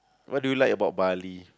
what do you like about Bali